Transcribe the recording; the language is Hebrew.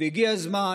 והגיע הזמן